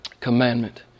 commandment